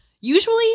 Usually